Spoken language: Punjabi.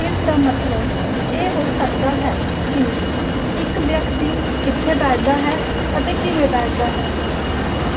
ਇਸ ਦਾ ਮਤਲਬ ਇਹ ਹੋ ਸਕਦਾ ਹੈ ਕਿ ਇੱਕ ਵਿਅਕਤੀ ਕਿੱਥੇ ਬੈਠਦਾ ਹੈ ਅਤੇ ਕਿਵੇਂ ਬੈਠਦਾ ਹੈ